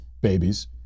babies